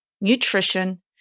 nutrition